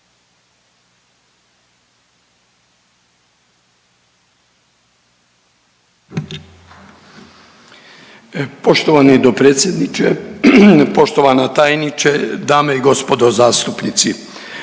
Poštovani dopredsjedniče, poštovana tajniče, dame i gospodo zastupnici,